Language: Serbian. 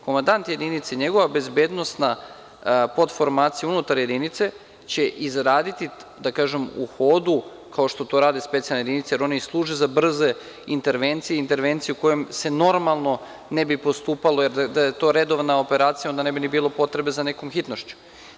Komadant jedinice i njegova bezbednosna podformacija unutar jedinice će izraditi, da kažem, u hodu, kao što to rade specijalne jedinice, jer one i služe za brze intervencije i intervencije u kojima se normalno ne bi postupalo, jer da je to redovna operacija, onda ne bi ni bilo potrebe za nekom hitnošću.